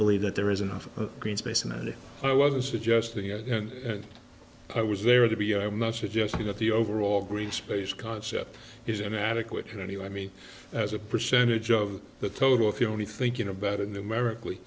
believe that there is enough green space and i wasn't suggesting that i was there to be i'm not suggesting that the overall green space concept is inadequate in any way i mean as a percentage of the total if you're only thinking about it numerically